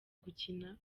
gukina